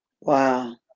Wow